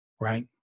right